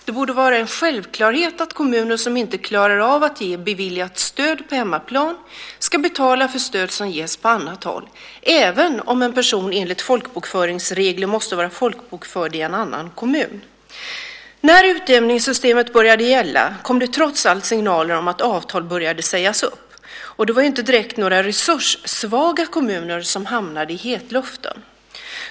Det borde vara en självklarhet att kommuner som inte klarar av att ge beviljat stöd på hemmaplan ska betala för stöd som ges på annat håll, även om en person enligt folkbokföringsregler måste vara folkbokförd i en annan kommun. När utjämningssystemet började gälla kom det trots allt signaler om att avtal började sägas upp. Och det var ju inte direkt några resurssvaga kommuner som hamnade i hetluften.